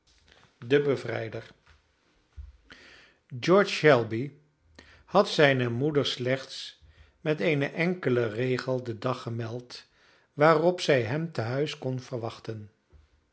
de bevrijder george shelby had zijne moeder slechts met een enkelen regel den dag gemeld waarop zij hem tehuis kon verwachten